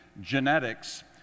genetics